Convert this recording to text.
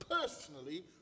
personally